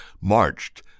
marched